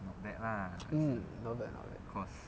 mm not bad not bad